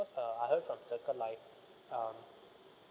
cause uh I heard from certain like um